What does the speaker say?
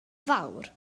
fawr